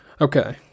Okay